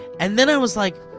and then i was like.